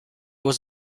was